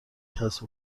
کسب